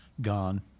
Gone